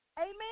Amen